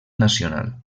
nacional